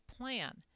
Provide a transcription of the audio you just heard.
plan